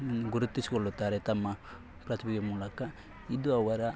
ಗುರುತಿಸಿಕೊಳ್ಳುತ್ತಾರೆ ತಮ್ಮ ಪ್ರತಿಭೆಯ ಮೂಲಕ ಇದು ಅವರ